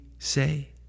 Say